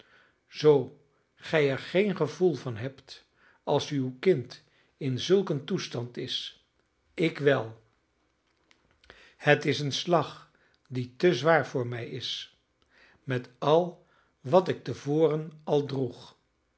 zoo gij er geen gevoel van hebt als uw kind in zulk een toestand is ik wel het is een slag die te zwaar voor mij is met al wat ik te voren al droeg